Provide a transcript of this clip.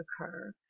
occur